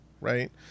right